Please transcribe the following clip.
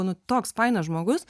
nu toks fainas žmogus